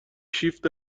شیفت